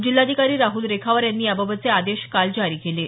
जिल्हाधिकारी राहुल रेखावार यांनी याबाबतचे आदेश जारी केले आहेत